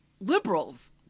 liberals